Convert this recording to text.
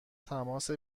تماس